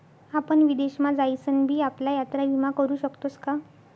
आपण विदेश मा जाईसन भी आपला यात्रा विमा करू शकतोस का?